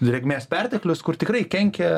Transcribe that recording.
drėgmės perteklius kur tikrai kenkia